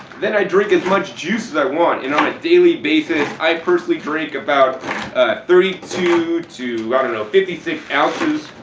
then i drink as much juice as i want. and on a daily basis i personally drink about thirty two to, i don't know fifty six ounces